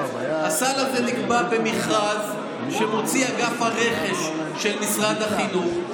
הסל הזה נקבע במכרז שמוציא אגף הרכש של משרד החינוך.